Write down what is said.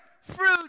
fruit